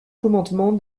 commandement